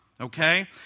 Okay